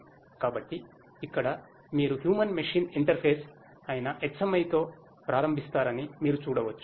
కాబట్టి ఇక్కడ మీరు హ్యూమన్ మెషిన్ ఇంటర్ఫేస్ అయిన HMI తో ప్రారంభిస్తారని మీరు చూడవచ్చు